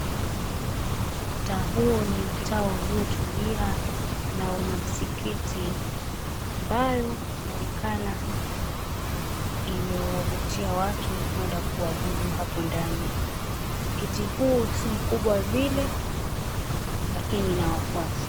Mtaa huo ni mtaa uliotulia na una msikiti ambayo inaonekana limewavutia watu kuenda kuabudu hapo ndani. Msikiti huu si mkubwa vile lakini ina wafuasi.